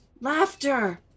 laughter